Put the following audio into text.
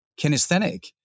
Kinesthetic